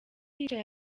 hicaye